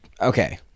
Okay